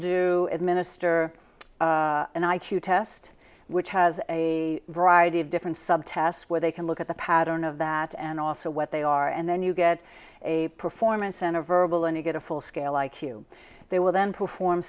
do administer an i q test which has a variety of different subtasks where they can look at the pattern of that and also what they are and then you get a performance and a verbal and you get a full scale i q they will then perform